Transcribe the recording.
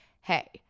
hey